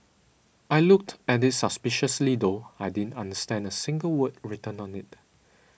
I looked at it suspiciously though I didn't understand a single word written on it